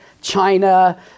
China